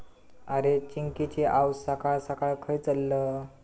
अरे, चिंकिची आऊस सकाळ सकाळ खंय चल्लं?